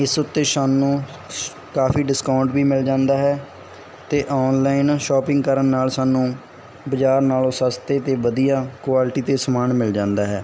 ਇਸ ਉੱਤੇ ਸਾਨੂੰ ਕਾਫੀ ਡਿਸਕਾਊਂਟ ਵੀ ਮਿਲ ਜਾਂਦਾ ਹੈ ਅਤੇ ਆਨਲਾਈਨ ਸ਼ਾਪਿੰਗ ਕਰਨ ਨਾਲ ਸਾਨੂੰ ਬਾਜ਼ਾਰ ਨਾਲੋਂ ਸਸਤੇ ਅਤੇ ਵਧੀਆ ਕੁਆਲਿਟੀ ਅਤੇ ਸਾਮਾਨ ਮਿਲ ਜਾਂਦਾ ਹੈ